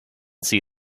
see